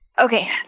Okay